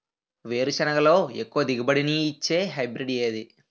వేరుసెనగ లో ఎక్కువ దిగుబడి నీ ఇచ్చే హైబ్రిడ్ ఏది?